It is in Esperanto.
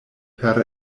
per